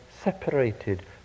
separated